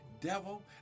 Devil